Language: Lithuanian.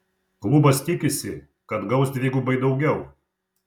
klubas tikisi kad gaus dvigubai daugiau